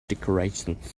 decorations